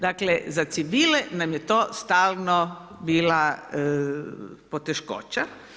Dakle za civile nam je to stalno bila poteškoća.